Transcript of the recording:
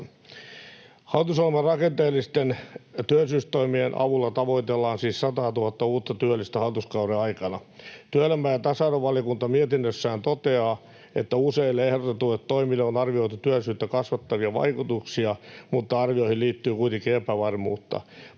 Hallitusohjelman rakenteellisten työllisyystoimien avulla tavoitellaan siis 100 000:ta uutta työllistä hallituskauden aikana. Työelämä- ja tasa-arvovaliokunta mietinnössään toteaa, että useille ehdotetuille toimille on arvioitu työllisyyttä kasvattavia vaikutuksia mutta arvioihin liittyy kuitenkin epävarmuutta.